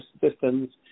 systems